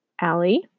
Allie